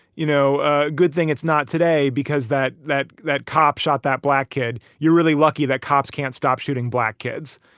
you know, a good thing it's not today because that that that cop shot that black kid. you're really lucky that cops can't stop shooting black kids,